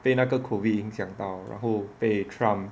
被那个 COVID 影响到然后被 trump